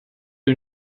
who